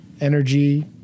energy